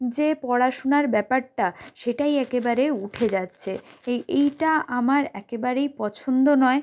যে পড়াশুনার ব্যাপারটা সেটাই একেবারে উঠে যাচ্ছে এ এইটা আমার একেবারেই পছন্দ নয়